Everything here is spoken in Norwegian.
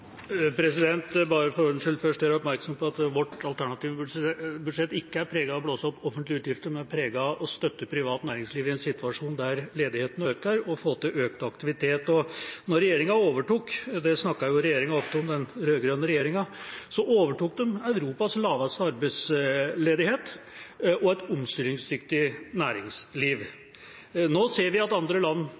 bare for ordens skyld først gjøre oppmerksom på at vårt alternative budsjett ikke er preget av å blåse opp offentlige utgifter, men av å støtte privat næringsliv i en situasjon der ledigheten øker, og få til økt aktivitet. Da regjeringa overtok, overtok de – det snakket den rød-grønne regjeringa ofte om – Europas laveste arbeidsledighet og et omstillingsdyktig næringsliv. Nå ser vi at i andre land